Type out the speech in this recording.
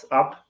up